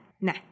nah